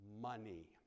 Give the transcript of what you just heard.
money